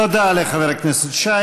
תודה לחבר הכנסת שי.